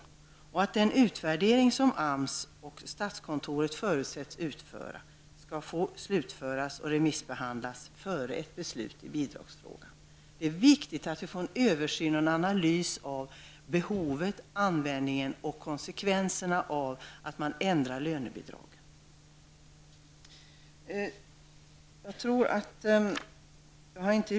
Vi vill att den utvärdering som AMS och statskontoret förutsätts utföra skall få slutföras och remissbehandlas före ett beslut i bidragsfrågan. Det är viktigt att det görs en översyn och analys av behovet, användningen och konsekvenserna av att man ändrar lönebidraget. Herr talman!